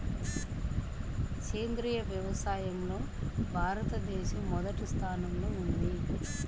సేంద్రీయ వ్యవసాయంలో భారతదేశం మొదటి స్థానంలో ఉంది